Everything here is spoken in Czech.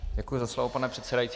Děkuji za slovo, pane předsedající.